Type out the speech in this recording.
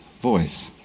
voice